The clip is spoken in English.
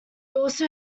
also